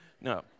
no